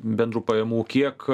bendrų pajamų kiek